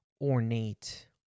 ornate